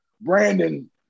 Brandon